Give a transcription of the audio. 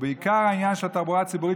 בעיקר העניין של התחבורה הציבורית,